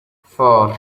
four